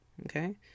Okay